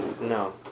No